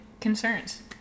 concerns